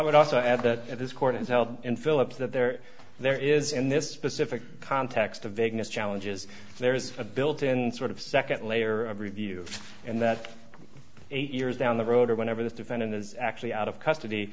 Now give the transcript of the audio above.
would also add that this court has held in philip that there there is in this specific context of vagueness challenges there is a built in sort of second layer of review and that eight years down the road or whenever the defendant is actually out of custody